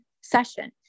session